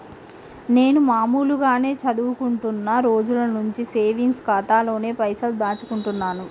నేను మామూలుగానే చదువుకుంటున్న రోజుల నుంచి సేవింగ్స్ ఖాతాలోనే పైసలు దాచుకుంటున్నాను